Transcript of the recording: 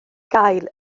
gael